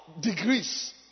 degrees